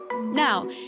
Now